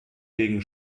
gegen